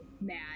mad